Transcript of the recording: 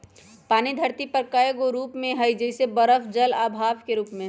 पानी धरती पर कए गो रूप में हई जइसे बरफ जल आ भाप के रूप में